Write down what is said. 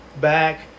back